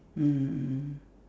mmhmm mm